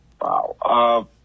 Wow